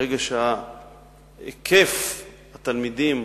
ברגע שהיקף התלמידים